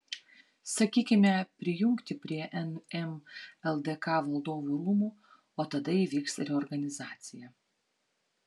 sakykime prijungti prie nm ldk valdovų rūmų o tada įvyks reorganizacija